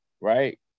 right